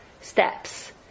steps